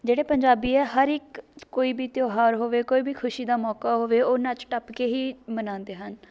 ਜਿਹੜੇ ਪੰਜਾਬੀ ਆ ਹਰ ਇੱਕ ਕੋਈ ਵੀ ਤਿਉਹਾਰ ਹੋਵੇ ਕੋਈ ਵੀ ਖੁਸ਼ੀ ਦਾ ਮੌਕਾ ਹੋਵੇ ਉਹ ਨੱਚ ਟੱਪ ਕੇ ਹੀ ਮਨਾਉਂਦੇ ਹਨ